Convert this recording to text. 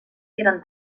eren